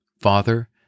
Father